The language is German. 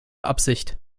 absicht